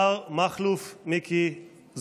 (חותם על ההצהרה) השר מכלוף מיקי זוהר.